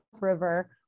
river